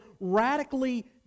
radically